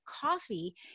coffee